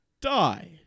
die